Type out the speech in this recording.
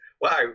wow